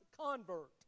convert